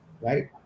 right